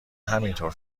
همینطور